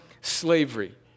slavery